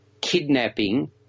kidnapping